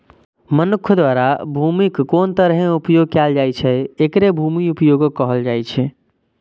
मनुक्ख द्वारा भूमिक कोन तरहें उपयोग कैल जाइ छै, एकरे भूमि उपयोगक कहल जाइ छै